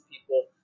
people